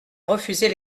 refuser